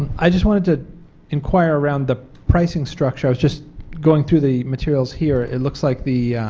i just wanted to inquire around the pricing structure. i was just going through the materials here it looks like the